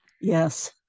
Yes